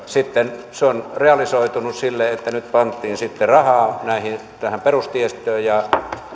sitten se on realisoitunut silleen että nyt pantiin sitten rahaa tähän perustiestöön